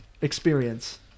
experience